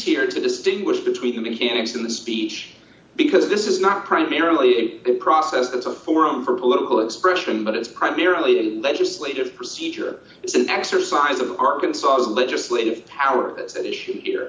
here to distinguish between them enhanced in the speech because this is not primarily a process that's a forum for political expression but it's primarily a legislative procedure it's an exercise of arkansas legislative power that's at issue here